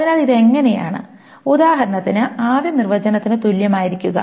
അതിനാൽ ഇത് എങ്ങനെയാണ് ഉദാഹരണത്തിന് ആദ്യ നിർവചനത്തിന് തുല്യമായിരിക്കുക